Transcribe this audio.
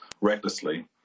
recklessly